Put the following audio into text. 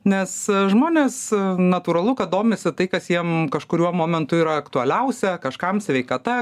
nes žmonės natūralu kad domisi tai kas jiem kažkuriuo momentu yra aktualiausia kažkam sveikata